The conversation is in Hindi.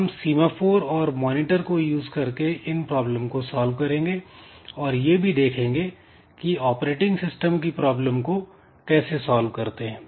हम सीमा फोर और मॉनिटर को यूज़ करके इन प्रॉब्लम को सॉल्व करेंगे और यह भी देखेंगे कि ऑपरेटिंग सिस्टम की प्रॉब्लम को कैसे सॉल्व करते हैं